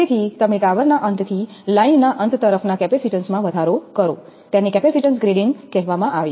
તેથી તમે ટાવરના અંતથી લાઇનના અંત તરફના કેપેસિટીન્સમાં વધારો કરો તેને કેપેસિટેન્સ ગ્રેડિંગ કહેવામાં આવે છે